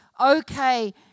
okay